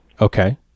Okay